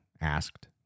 asked